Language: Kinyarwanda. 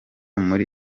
muri